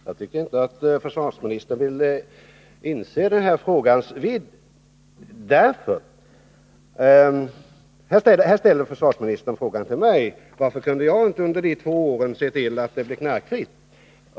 Herr talman! Jag tycker inte att försvarsministern vill inse den här frågans vidd. Försvarsministern frågar mig varför inte jag under de två åren som jag var socialminister kunde se till att samhället blev knarkfritt.